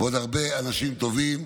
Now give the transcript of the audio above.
ועוד הרבה אנשים טובים.